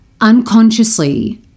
unconsciously